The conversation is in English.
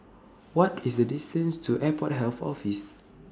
What IS The distance to Airport Health Office